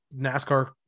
NASCAR